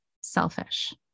selfish